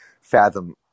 fathom